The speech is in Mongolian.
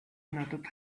надад